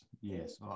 Yes